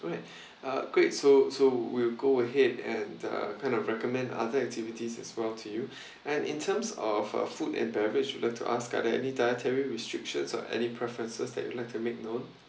alright uh great so so we'll go ahead and uh kind of recommend other activities as well to you and in terms of uh food and beverage would like to ask are there any dietary restrictions or any preferences that you like to make known